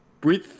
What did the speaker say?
breathe